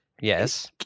yes